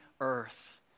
earth